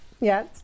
Yes